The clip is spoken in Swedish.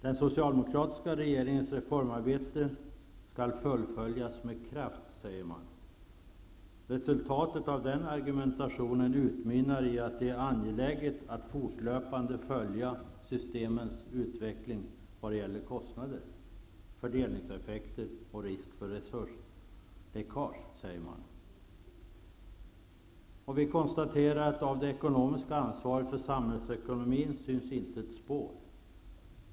Den socialdemokratiska regeringens reformarbete skall fullföljas med kraft, säger man. Den argumentationen utmynnar i att det är angeläget att fortlöpande följa systemens utveckling vad gäller kostnader, fördelningseffekter och risk för resursläckage. Vi konstaterar att av det ekonomiska ansvaret för samhällsekonomin syns inte ett spår.